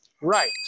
right